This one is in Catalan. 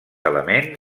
element